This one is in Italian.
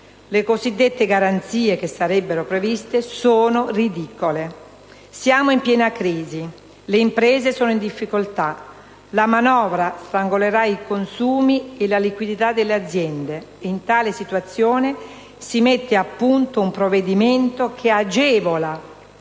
Le cosiddette garanzie che sarebbero previste sono ridicole. Siamo in piena crisi, le imprese sono in difficoltà, la manovra strangolerà i consumi e la liquidità delle aziende, e in una tale situazione si mette a punto un provvedimento che agevola